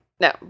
no